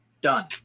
done